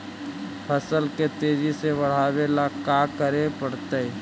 फसल के तेजी से बढ़ावेला का करे पड़तई?